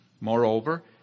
Moreover